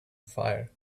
fire